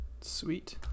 Sweet